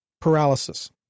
paralysis